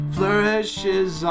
flourishes